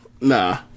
nah